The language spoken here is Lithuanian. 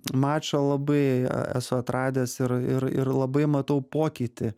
mačą labai e esu atradęs ir ir ir labai matau pokytį